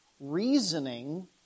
reasoning